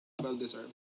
well-deserved